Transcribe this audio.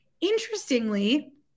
Interestingly